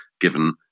given